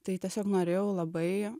tai tiesiog norėjau labai